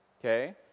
okay